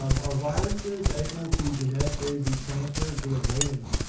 are viruses able to genetically be transferred via mating?